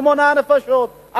שמונה נפשות,